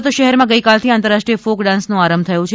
સુરત શહેરમાં ગઈકાલથી આંતરરાષ્ટ્રીય ફોક ડાન્સનો આરંભ થયો છે